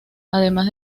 además